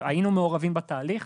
היינו מעורבים בתהליך.